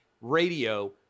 radio